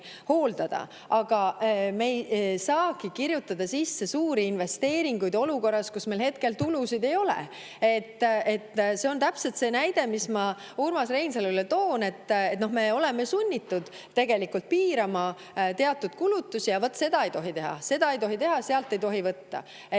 Aga me ei saagi kirjutada [eelarvesse] sisse suuri investeeringuid olukorras, kus meil hetkel tulusid ei ole. See on täpselt see näide, mida ma Urmas Reinsalule tõin, et me oleme sunnitud tegelikult piirama teatud kulutusi, aga [te ütlete, et] seda ei tohi teha ja sealt ei tohi võtta.